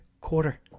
quarter